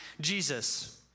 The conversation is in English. Jesus